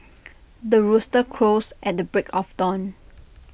the rooster crows at the break of dawn